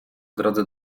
drodze